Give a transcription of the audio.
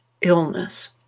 illness